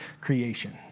creation